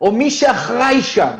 או מי שאחראי שם